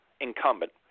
incumbent